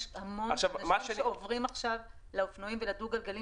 יש המון אנשים שעוברים עכשיו לאופנועים ולדו-גלגליים